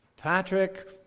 Patrick